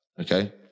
okay